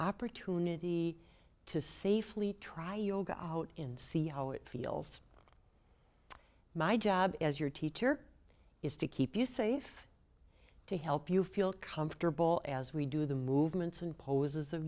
opportunity to safely try yoga out in see how it feels my job as your teacher is to keep you safe to help you feel comfortable as we do the movements and poses